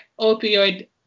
opioid